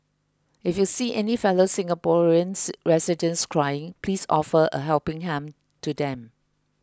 if you see any fellow Singaporeans residents crying please offer a helping hand to them